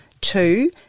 Two